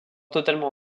totalement